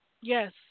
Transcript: Yes